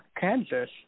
Kansas